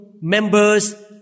members